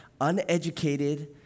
uneducated